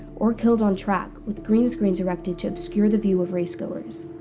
or killed on track, with green screens erected to obscure the view of racegoers.